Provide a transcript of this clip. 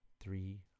three